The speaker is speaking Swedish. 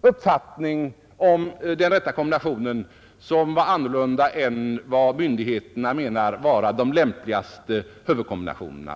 uppfattning om den rätta kombinationen som var annorlunda än vad myndigheterna menar vara de lämpligaste huvudkombinationerna.